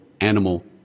animal